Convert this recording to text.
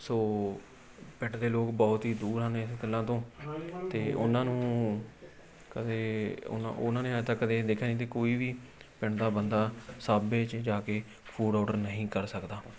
ਸੋ ਪਿੰਡ ਦੇ ਲੋਕ ਬਹੁਤ ਹੀ ਦੂਰ ਹਨ ਇਨਾਂ ਗੱਲਾਂ ਤੋਂ ਅਤੇ ਉਹਨਾਂ ਨੂੰ ਕਦੇ ਉਹਨਾਂ ਨੇ ਅੱਜ ਤੱਕ ਕਦੇ ਦੇਖਿਆ ਕੋਈ ਵੀ ਪਿੰਡ ਦਾ ਬੰਦਾ ਸਾਬੇ 'ਚ ਜਾ ਕੇ ਫੂਡ ਔਡਰ ਨਹੀਂ ਕਰ ਸਕਦਾ